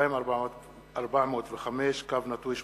פ/2405/18.